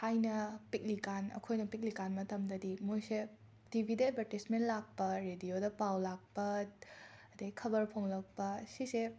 ꯊꯥꯏꯅ ꯄꯤꯛꯂꯤꯀꯥꯟ ꯑꯩꯈꯣꯏꯅ ꯄꯤꯛꯂꯤꯀꯥꯟ ꯃꯇꯝꯗꯤ ꯃꯣꯏꯁꯦ ꯇꯤꯕꯤꯗ ꯑꯦꯗꯕꯔꯇꯤꯖꯃꯦꯟ ꯂꯥꯛꯄ ꯔꯦꯗꯤꯌꯣꯗ ꯄꯥꯎ ꯂꯥꯛꯄ ꯑꯗꯩ ꯈꯕꯔ ꯐꯣꯡꯂꯛꯄ ꯁꯤꯁꯦ